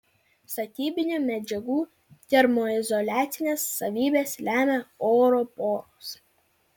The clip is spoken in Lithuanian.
statybinių medžiagų termoizoliacines savybes lemia oro poros